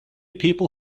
people